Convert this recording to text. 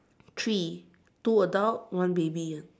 three two adult one baby